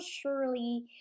surely